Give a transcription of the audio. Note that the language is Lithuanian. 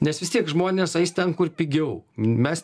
nes vis tiek žmonės eis ten kur pigiau mes